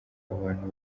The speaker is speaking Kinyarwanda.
abantu